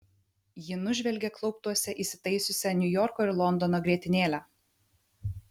ji nužvelgė klauptuose įsitaisiusią niujorko ir londono grietinėlę